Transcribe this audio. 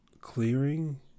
Clearing